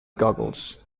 goggles